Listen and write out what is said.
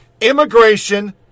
Immigration